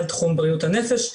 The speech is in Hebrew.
על תחום בריאות הנפש,